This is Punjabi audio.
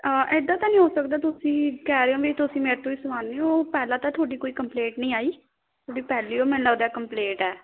ਇੱਦਾਂ ਤਾਂ ਨਹੀਂ ਹੋ ਸਕਦਾ ਤੁਸੀਂ ਕਹਿ ਰਹੇ ਹੋ ਵੀ ਤੁਸੀਂ ਮੇਰੇ ਤੋਂ ਹੀ ਸੁਆਉਂਦੇ ਹੋ ਪਹਿਲਾਂ ਤਾਂ ਤੁਹਾਡੀ ਕੋਈ ਕੰਪਲੇਂਟ ਨਹੀਂ ਆਈ ਤੁਹਾਡੀ ਪਹਿਲੀ ਹੋ ਮੈਨੂੰ ਲੱਗਦਾ ਕੰਪਲੇਟ ਹੈ